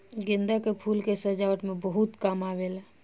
गेंदा के फूल के सजावट में बहुत काम आवेला